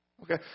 Okay